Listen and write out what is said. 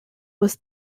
was